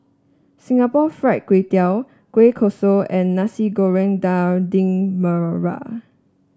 Singapore Fried Kway Tiao Kueh Kosui and Nasi Goreng Daging Merah